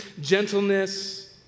gentleness